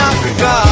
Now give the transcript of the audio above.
Africa